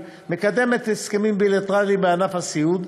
מקדמת הסכמים בילטרליים בענף הסיעוד.